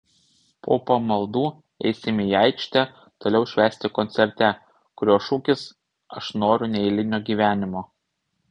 po pamaldų eisime į aikštę toliau švęsti koncerte kurio šūkis aš noriu neeilinio gyvenimo